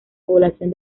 población